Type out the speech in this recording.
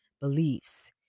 beliefs